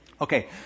Okay